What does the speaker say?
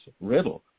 riddle